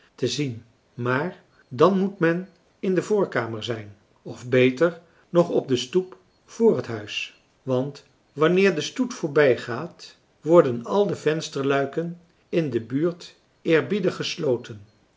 te zien maar dan moet men in de voorkamer zijn of beter nog op de stoep voor het huis want wanneer de stoet voorbijgaat worden al de vensterluiken in de buurt eerbiedig gesloten